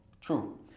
True